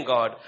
God